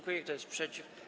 Kto jest przeciw?